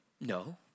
No